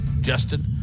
Justin